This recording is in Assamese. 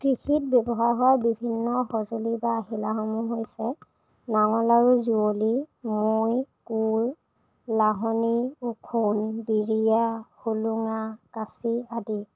কৃষিত ব্যৱহাৰ হোৱা বিভিন্ন সঁজুলি বা আহিলাসমূহ হৈছে নাঙল আৰু যুঁৱলি মৈ কোৰ লাহনী ওখোন বিৰিয়া হোলোঙা কাঁচি আদি